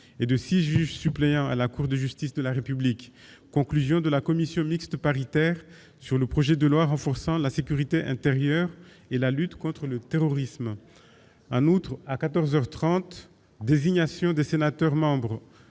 et de six juge suppléant à la Cour de justice de la République, conclusion de la commission mixte paritaire sur le projet de loi renforçant la sécurité intérieure et la lutte contre le terrorisme, un autre à 14 heures 30, désignation de sénateurs, membres